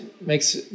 makes